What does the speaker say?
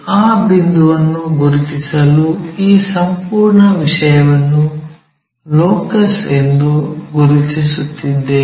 ಆ ಬಿಂದುವನ್ನು ಗುರುತಿಸಲು ಈ ಸಂಪೂರ್ಣ ವಿಷಯವನ್ನು ಲೋಕಸ್ ಎಂದು ಗುರುತಿಸುತ್ತಿದ್ದೇವೆ